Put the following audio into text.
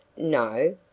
no?